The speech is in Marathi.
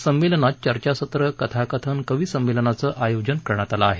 संमेलनात चर्चासत्र कथाकथन कविसंमेलनाचं आयोजन केलं आहे